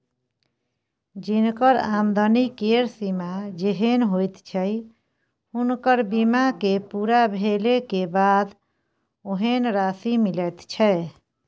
जिनकर आमदनी केर सीमा जेहेन होइत छै हुनकर बीमा के पूरा भेले के बाद ओहेन राशि मिलैत छै